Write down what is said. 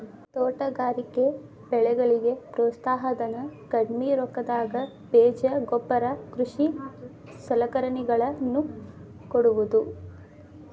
ತೋಟಗಾರಿಕೆ ಬೆಳೆಗಳಿಗೆ ಪ್ರೋತ್ಸಾಹ ಧನ, ಕಡ್ಮಿ ರೊಕ್ಕದಾಗ ಬೇಜ ಗೊಬ್ಬರ ಕೃಷಿ ಸಲಕರಣೆಗಳ ನ್ನು ಕೊಡುವುದು